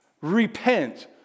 Repent